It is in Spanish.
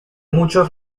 muchos